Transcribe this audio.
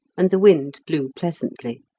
and the wind blew pleasantly.